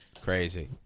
Crazy